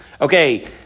Okay